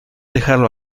dejarlo